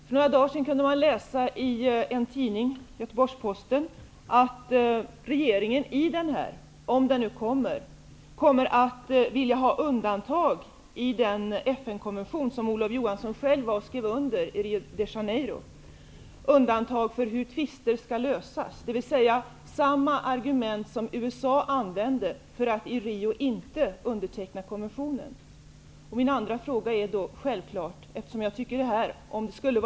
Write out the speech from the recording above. För några dagar sedan kunde man läsa i Göteborgs Posten att regeringen i denna proposition -- om den nu kommer -- kommer att vilja ha undantag när det gäller den FN-konvention som Olof Johansson själv skrev under i Rio de Janeiro, nämligen när det gäller hur tvister skall lösas. Man använder samma argument som USA använde för att i Rio inte underteckna konventionen. Om detta skulle vara sant är det väldigt upprörande.